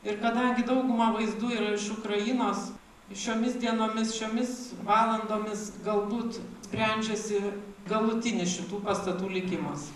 ir kadangi dauguma vaizdų iš ukrainos šiomis dienomis šiomis valandomis galbūt sprendžiasi galutinis šitų pastatų likimas